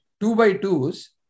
two-by-twos